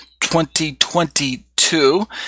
2022